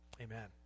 Amen